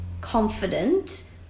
confident